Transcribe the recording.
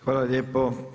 hvala lijepo.